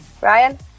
Ryan